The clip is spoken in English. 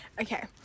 Okay